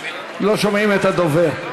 לא שומעים את הדובר.